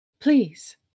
Please